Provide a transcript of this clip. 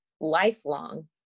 lifelong